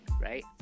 right